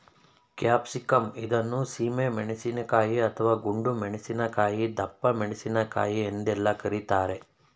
capsicum ಇದನ್ನು ಸೀಮೆ ಮೆಣಸಿನಕಾಯಿ, ಅಥವಾ ಗುಂಡು ಮೆಣಸಿನಕಾಯಿ, ದಪ್ಪಮೆಣಸಿನಕಾಯಿ ಎಂದೆಲ್ಲ ಕರಿತಾರೆ